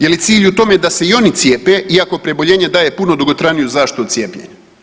Je li cilj u tome da se i oni cijepe iako preboljenje daje puno dugotrajniju zaštitu od cijepljenja?